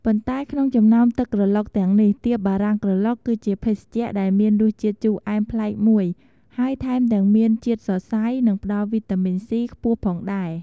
ប៉ុន្តែក្នុងចំណោមទឹកក្រឡុកទាំងនេះ ទៀបបារាំងក្រឡុកគឺជាភេសជ្ជៈដែលមានរសជាតិជូរអែមប្លែកមួយ ហើយថែមទាំងមានជាតិសរសៃ និងផ្តល់វីតាមីន C ខ្ពស់ផងដែរ។